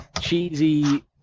cheesy